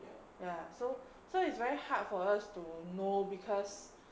ya so so it's very hard for us to know because